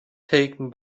taken